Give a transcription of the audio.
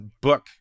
book